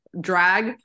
drag